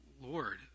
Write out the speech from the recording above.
Lord